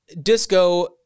disco